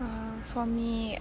uh for me